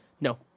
No